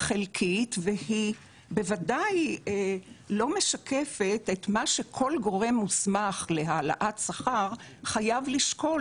חלקית והיא בוודאי לא משקפת את מה שכל גורם מוסמך להעלאת שכר חייב לשקול